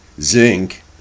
Zinc